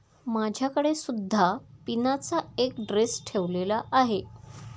माझ्याकडे सुद्धा पिनाचा एक ड्रेस ठेवलेला आहे